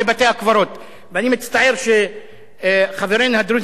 ואני מצטער שחברינו הדרוזים שהיו פה יצאו.